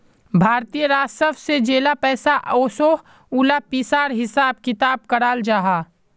भारतीय राजस्व से जेला पैसा ओसोह उला पिसार हिसाब किताब कराल जाहा